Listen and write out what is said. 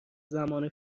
زمان